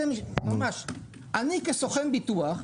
אני כסוכן ביטוח,